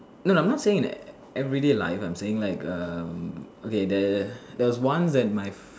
no no I am not saying in everyday life I am saying like um okay there there was once at my